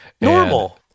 normal